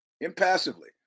impassively